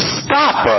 stop